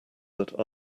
that